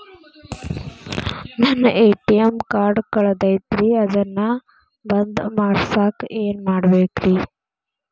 ನನ್ನ ATM card ಕಳದೈತ್ರಿ ಅದನ್ನ ಬಂದ್ ಮಾಡಸಾಕ್ ಏನ್ ಮಾಡ್ಬೇಕ್ರಿ?